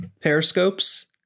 periscopes